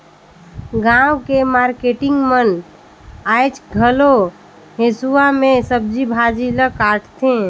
गाँव के मारकेटिंग मन आयज घलो हेसुवा में सब्जी भाजी ल काटथे